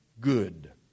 good